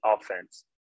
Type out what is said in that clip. offense